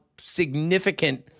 significant